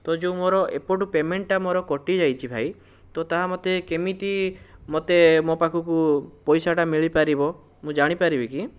ତୋ ଯେଉଁ ମୋର ଏପଟୁ ପେମେଣ୍ଟ ମୋର କଟିଯାଇଛି ଭାଇ ତୋ ତାହା ମୋତେ କେମିତି ମୋତେ ମୋ ପାଖକୁ ପଇସାଟା ମିଳିପାରିବ ମୁଁ ଜାଣିପାରିବି କି